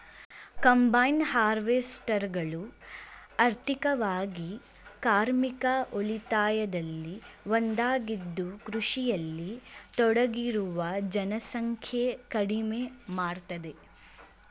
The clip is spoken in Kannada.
ಕಂಬೈನ್ ಹಾರ್ವೆಸ್ಟರ್ಗಳು ಆರ್ಥಿಕವಾಗಿ ಕಾರ್ಮಿಕ ಉಳಿತಾಯದಲ್ಲಿ ಒಂದಾಗಿದ್ದು ಕೃಷಿಯಲ್ಲಿ ತೊಡಗಿರುವ ಜನಸಂಖ್ಯೆ ಕಡಿಮೆ ಮಾಡ್ತದೆ